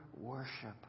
worship